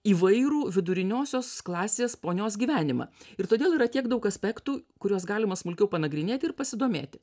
įvairų viduriniosios klasės ponios gyvenimą ir todėl yra tiek daug aspektų kuriuos galima smulkiau panagrinėti ir pasidomėti